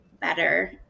better